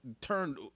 turned